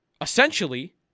essentially